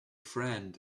friend